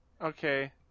Okay